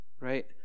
right